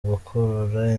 gukurura